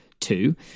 Two